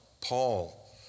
Paul